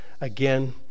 again